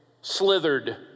slithered